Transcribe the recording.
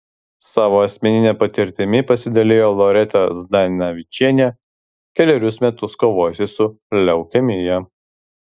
savo asmenine patirtimi pasidalijo loreta zdanavičienė kelerius metus kovojusi su leukemija